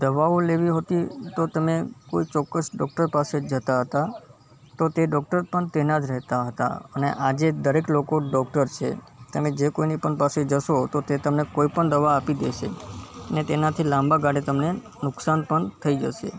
દવાઓ લેવી હોતી તો તમે કોઈ ચોક્કસ ડૉક્ટર પાસે જતા હતા તો તે ડૉક્ટર પણ તેના જ રહેતા હતા અને આજે દરેક લોકો ડૉક્ટર છે તમે જે કોઈની પણ પાસે જશો તો તે તમને કોઈ પણ દવા આપી દેશે ને તેનાથી લાંબા ગાળે તમને નુકસાન પણ થઇ જશે